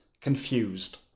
confused